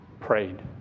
prayed